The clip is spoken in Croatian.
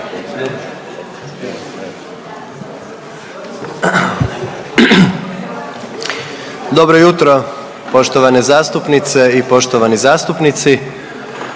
Dobro jutro poštovane zastupnice i poštovani zastupnici.